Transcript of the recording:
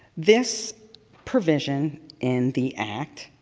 this provision in the act